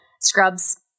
Scrubs